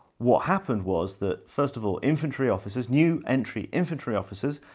what happened was that first of all, infantry officers, new entry infantry officers,